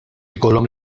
jkollhom